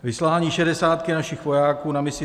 Vyslání šedesátky našich vojáků na misi